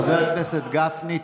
חבר הכנסת גפני,